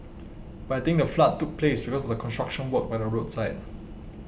but I think the flood took place because of the construction work by the roadside